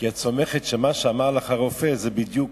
כי את סומכת שמה שאמר לך הרופא זה בדיוק,